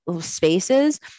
spaces